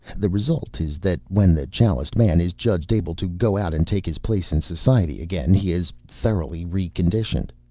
the result is that when the chaliced man is judged able to go out and take his place in society again, he is thoroughly re-conditioned.